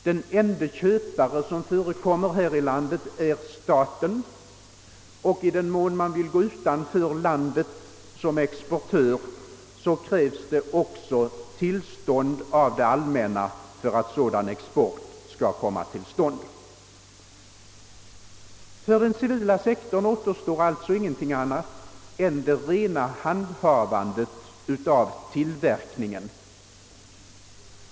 Den enda köpare som förekommer här i landet är staten, och om man vill sälja utanför landets gränser krävs det också tillstånd av det allmänna för att sådan export skall komma till stånd. För den privata företagsamheten återstår alltså ingenting annat än det rena handhavandet av tillverkningen.